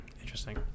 Interesting